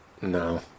no